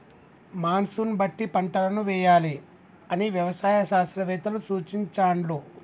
monsoon బట్టి పంటలను వేయాలి అని వ్యవసాయ శాస్త్రవేత్తలు సూచించాండ్లు